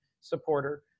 supporter